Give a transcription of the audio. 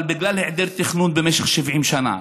אבל בגלל היעדר תכנון במשך 70 שנה,